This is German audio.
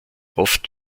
oft